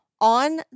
On